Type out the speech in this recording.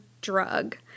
drug